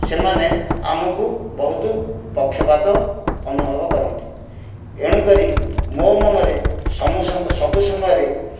ସେମାନେ ଆମକୁ ବହୁତ ପକ୍ଷପାତ ଅନୁଭବ କରନ୍ତି ଏଣୁକରି ମୋ' ମନରେ ସବୁ ସମୟରେ